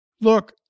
look